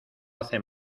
hace